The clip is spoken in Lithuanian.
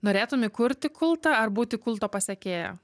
norėtum įkurti kultą ar būti kulto pasekėja